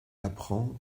apprend